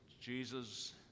Jesus